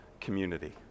community